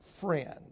friend